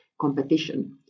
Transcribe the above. competition